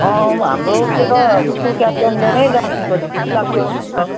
अँ हाम्रो त्यो त स्कुल क्याप्टनले नै राखेको जस्तो लाग्छ सर